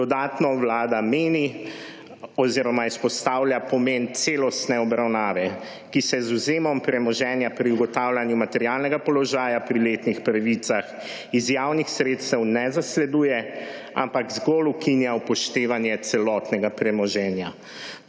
Dodatno vlada meni oziroma izpostavlja pomen celostne obravnave, ki se z /nerazumljivo/ premoženja pri ugotavljanju materialnega položaja pri letnih pravicah iz javnih sredstev ne zasleduje, ampak zgolj ukinja upoštevanje celotnega premoženja.